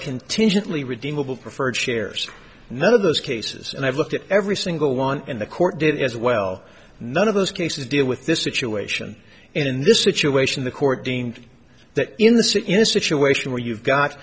contingently redeemable preferred shares none of those cases and i've looked at every single one in the court did as well none of those cases deal with this situation in this situation the court being that in the city in a situation where you've got